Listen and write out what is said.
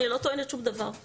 אני לא טוענת שום דבר.